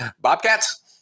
Bobcats